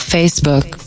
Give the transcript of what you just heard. Facebook